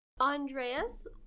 Andreas